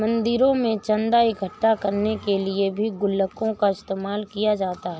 मंदिरों में चन्दा इकट्ठा करने के लिए भी गुल्लकों का इस्तेमाल किया जाता है